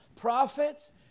prophets